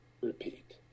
repeat